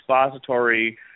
expository